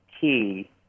key